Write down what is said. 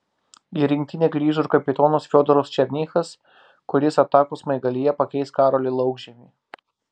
į rinktinę grįžo ir kapitonas fiodoras černychas kuris atakos smaigalyje pakeis karolį laukžemį